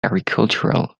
agricultural